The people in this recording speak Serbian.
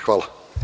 Hvala.